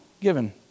given